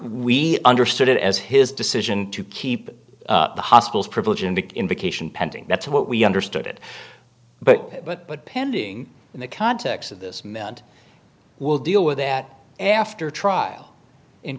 we understood it as his decision to keep the hospital's privilege and an invocation pending that's what we understood it but but but pending in the context of this meant we'll deal with that after trial in